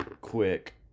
quick